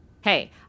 Hey